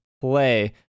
play